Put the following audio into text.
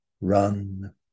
run